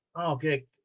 okay